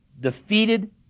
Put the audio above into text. defeated